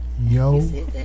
Yo